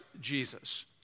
Jesus